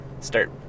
start